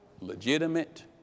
legitimate